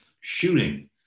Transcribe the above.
shooting